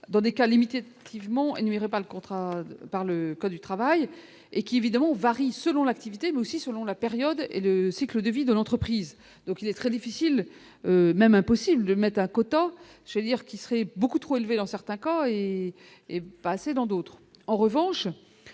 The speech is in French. dans des cas limités activement énumérés par le contrat par le code du travail et qui évidemment varie selon l'activité, mais aussi selon la période et le cycle de vie de l'entreprise, donc il est très difficile même impossible mais Dakota, je veux dire qu'il serait beaucoup trop élevés dans certains cas et et pas assez dans d'autres,